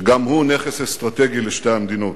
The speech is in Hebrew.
שגם הוא נכס אסטרטגי לשתי המדינות.